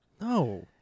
No